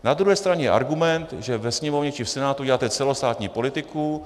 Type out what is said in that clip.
Na druhé straně je argument, že ve Sněmovně či v Senátu děláte celostátní politiku.